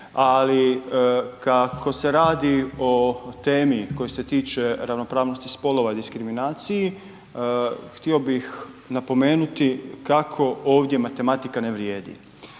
ali kako se radi o temi koja se tiče ravnopravnosti spolova i diskriminaciji htio bih napomenuti kako ovdje matematika ne vrijedi